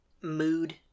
mood